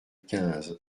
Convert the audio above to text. quinze